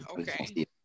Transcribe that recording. Okay